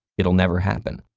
it'll never happen,